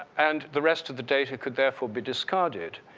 and the rest of the data could therefore be discarded,